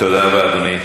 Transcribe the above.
תודה רבה, אדוני.